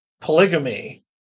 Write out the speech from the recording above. polygamy